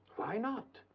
why not?